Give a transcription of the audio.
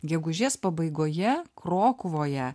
gegužės pabaigoje krokuvoje